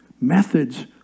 Methods